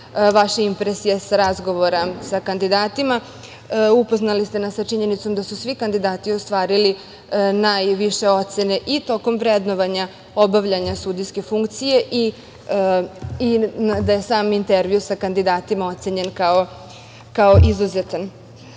vaše impresije sa razgovora sa kandidatima. Upoznali ste nas sa činjenicom da su svi kandidati ostvarili najviše ocene i tokom vrednovanja, obavljanja sudijske funkcije i da je sam intervju sa kandidatima ocenjen kao izuzetan.U